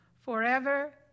forever